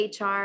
HR